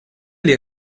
les